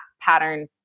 pattern